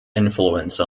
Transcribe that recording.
influence